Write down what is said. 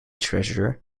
treasurer